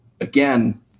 again